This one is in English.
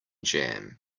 jam